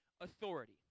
authority